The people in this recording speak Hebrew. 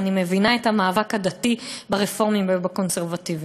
ואני מבינה את המאבק הדתי ברפורמים ובקונסרבטיבים.